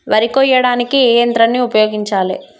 వరి కొయ్యడానికి ఏ యంత్రాన్ని ఉపయోగించాలే?